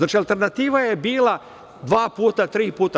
Alternativa je bila dva puta, tri puta.